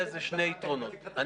שני יתרונות.